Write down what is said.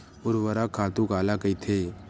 ऊर्वरक खातु काला कहिथे?